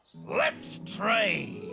let's train.